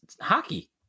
hockey